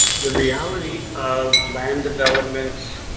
the reality of land development